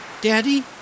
Daddy